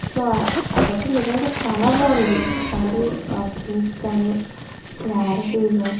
so అదైతే నిజంగా చాలా బాగుంది సారీ ఆ ప్రింట్స్ గాని క్లారిటీగా